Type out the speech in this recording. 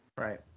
Right